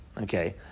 Okay